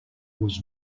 was